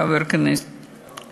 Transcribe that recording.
חבר הכנסת,